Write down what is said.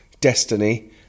Destiny